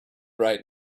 right